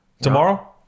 tomorrow